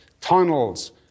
tunnels